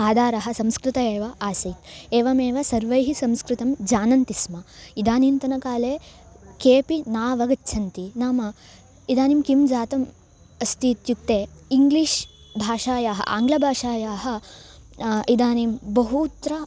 आधारः संस्कृतम् एव आसीत् एवमेव सर्वे संस्कृतं जानन्ति स्म इदानीन्तनकाले केऽपि नावगच्छन्ति नाम इदानीं किं जातम् अस्ति इत्युक्ते इङ्ग्लिश् भाषायाः आङ्ग्लबाषायाः इदानीं बहूत्र